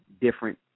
different